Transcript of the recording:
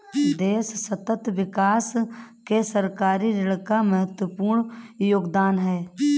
देश सतत विकास में सरकारी ऋण का महत्वपूर्ण योगदान है